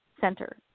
Center